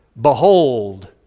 behold